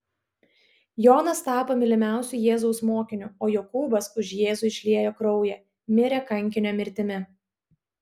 jonas tapo mylimiausiu jėzaus mokiniu o jokūbas už jėzų išliejo kraują mirė kankinio mirtimi